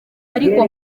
ariko